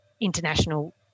international